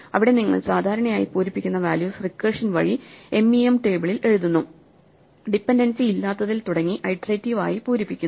അവിടെ നിങ്ങൾ സാധാരണയായി പൂരിപ്പിക്കുന്ന വാല്യൂസ് റിക്കർഷൻ വഴി MEM ടേബിളിൽ എഴുതുന്നു ഡിപെൻഡൻസി ഇല്ലാത്തതിൽ തുടങ്ങി ഐട്രേറ്റിവ് ആയി പൂരിപ്പിക്കുന്നു